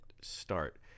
start